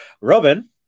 Robin